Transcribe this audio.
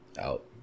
Out